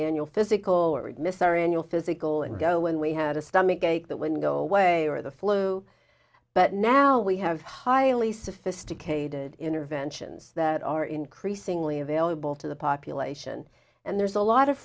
annual physical or miss our annual physical and go when we had a stomach ache that when go away or the flu but now we have highly sophisticated interventions that are increasingly available to the population and there's a lot of